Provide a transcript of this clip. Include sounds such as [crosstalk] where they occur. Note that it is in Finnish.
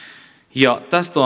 ja tästä [unintelligible]